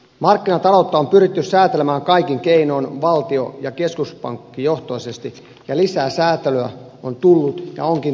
markkinataloutta on pyritty säätelemään kaikin keinoin valtio ja keskuspankkijohtoisesti ja lisää säätelyä on tullut ja onkin tulossa